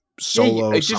solo